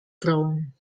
grown